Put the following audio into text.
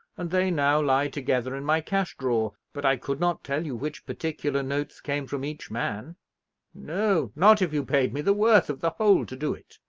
and they now lie together in my cash drawer but i could not tell you which particular notes came from each man no, not if you paid me the worth of the whole to do it.